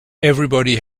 everybody